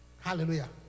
hallelujah